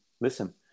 listen